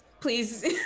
please